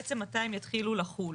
בעצם מתי הם יתחילו לחול